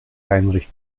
heinrich